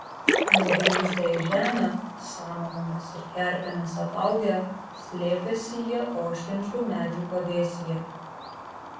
nugrimzdę į žemę samanomis ir kerpėmis apaugę slėpėsi jie ošiančių medžių pavėsyje